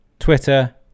Twitter